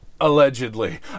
Allegedly